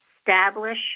establish